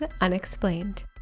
Unexplained